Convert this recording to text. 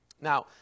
Now